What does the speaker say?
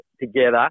together